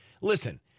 listen